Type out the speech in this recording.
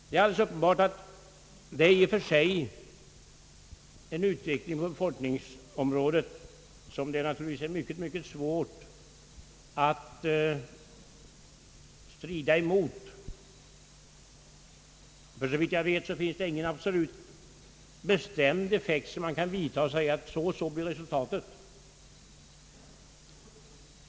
Det är alldeles uppenbart att det är mycket svårt att strida emot denna utveckling på befolkningsområdet. Såvitt jag vet finns det inte någon bestämd åtgärd som man kan vidtaga och sedan förutsäga resultatet av.